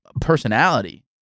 personality